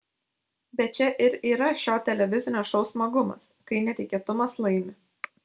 bet čia ir yra šio televizinio šou smagumas kai netikėtumas laimi